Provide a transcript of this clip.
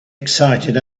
excited